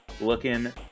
looking